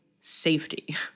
safety